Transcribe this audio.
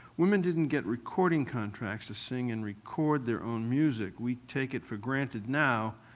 women didn't get recording contracts to sing and record their own music. we take it for granted now.